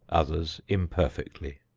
others imperfectly.